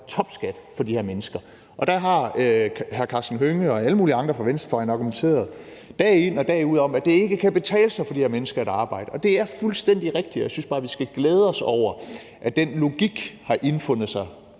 topskat for de her mennesker. Der har hr. Karsten Hønge og alle mulige andre fra venstrefløjen argumenteret dag ind og dag ud for, at det ikke kan betale sig for de her mennesker at arbejde, og det er fuldstændig rigtigt. Jeg synes bare, at vi skal glæde os over, at den logik har indfundet sig